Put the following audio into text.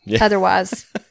otherwise